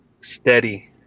steady